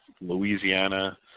louisiana